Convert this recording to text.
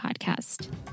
podcast